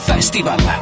Festival